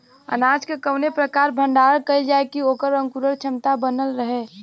अनाज क कवने प्रकार भण्डारण कइल जाय कि वोकर अंकुरण क्षमता बनल रहे?